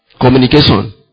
Communication